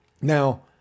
Now